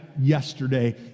yesterday